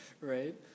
right